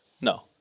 No